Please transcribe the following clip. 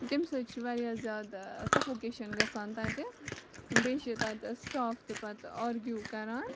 تمہِ سۭتۍ چھِ واریاہ زیادٕ سَفوکیشَن گژھان تَتہِ بیٚیہِ چھِ تَتہِ سٹاف تہِ پَتہٕ آرگیوٗ کَران